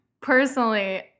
personally